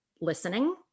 listening